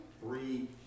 three